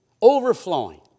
overflowing